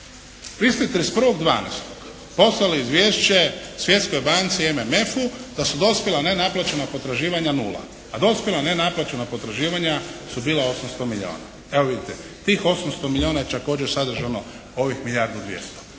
31.12. poslali izvješće Svjetskoj banci MMF-u da su dospjela nenaplaćena potraživanja nula. A dospjela nenaplaćena potraživanja su bila 800 milijuna. Evo vidite, tih 800 milijuna je također sadržano u ovih milijardu i dvjesto.